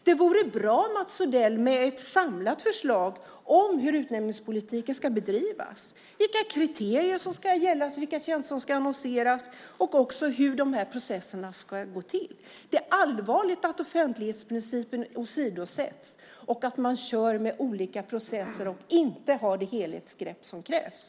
Det vore bra om Mats Odell hade ett samlat förslag om hur utnämningspolitiken ska bedrivas, vilka kriterier som ska gälla, vilka tjänster som ska annonseras och också hur de här processerna ska gå till. Det är allvarligt att offentlighetsprincipen åsidosätts och att man kör med olika processer och inte har det helhetsgrepp som krävs.